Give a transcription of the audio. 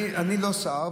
אני לא שר,